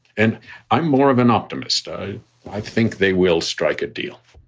and i'm more of an optimist. i i think they will strike a deal.